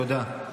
תודה.